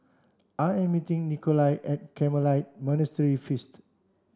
I am meeting Nikolai at Carmelite Monastery feast